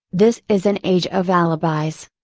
this is an age of alibis.